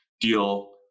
deal